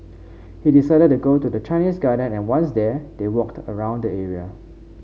he decided to go to the Chinese Garden and once there they walked around the area